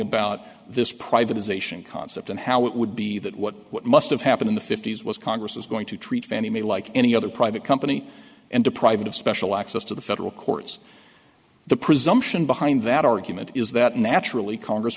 about this privatization concept and how it would be that what what must have happened in the fifty's was congress is going to treat fannie mae like any other private company and deprive it of special access to the federal courts the presumption behind that argument is that naturally congress